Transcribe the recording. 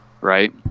right